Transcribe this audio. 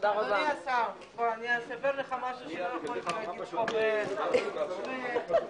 הישיבה ננעלה בשעה 14:00.